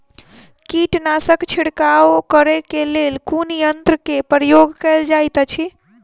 कीटनासक छिड़काव करे केँ लेल कुन यंत्र केँ प्रयोग कैल जाइत अछि?